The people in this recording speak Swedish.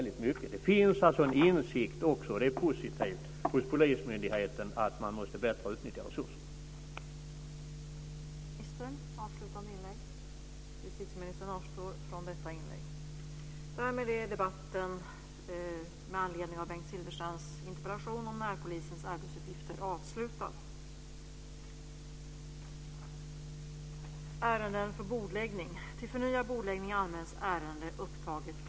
Det finns alltså en insikt, vilket är positivt, hos polismyndigheten att man måste utnyttja resurserna bättre.